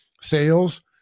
sales